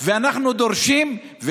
אנחנו דורשים.